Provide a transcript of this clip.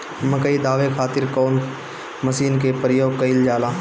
मकई दावे खातीर कउन मसीन के प्रयोग कईल जाला?